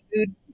food